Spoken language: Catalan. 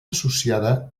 associada